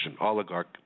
oligarch